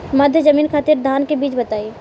मध्य जमीन खातिर धान के बीज बताई?